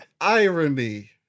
irony